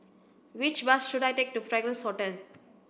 which bus should I take to Fragrance Hotel